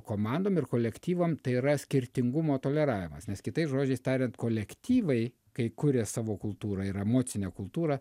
komandom ir kolektyvam tai yra skirtingumo toleravimas nes kitais žodžiais tariant kolektyvai kai kuria savo kultūrą ir emocinę kultūrą